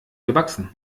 gewachsen